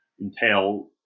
entail